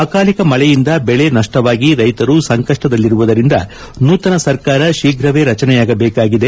ಅಕಾಲಿಕ ಮಳೆಯಿಂದ ಬೆಳೆ ನಷ್ಟವಾಗಿ ರೈತರು ಸಂಕಷ್ಟದಲ್ಲಿರುವುದರಿಂದ ನೂತನ ಸರ್ಕಾರ ಶೀಘವೇ ರಚನೆಯಾಗಬೇಕಿದೆ